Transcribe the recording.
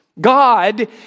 God